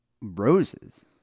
Roses